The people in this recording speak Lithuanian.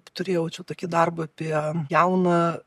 turėjau čia tokį darbą apie jauną